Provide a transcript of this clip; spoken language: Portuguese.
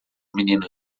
menino